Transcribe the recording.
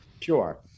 Sure